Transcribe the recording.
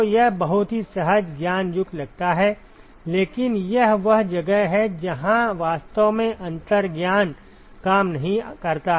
तो यह बहुत ही सहज ज्ञान युक्त लगता है लेकिन यह वह जगह है जहाँ वास्तव में अंतर्ज्ञान काम नहीं करता है